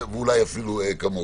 ואולי אפילו כמוהו.